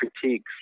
critiques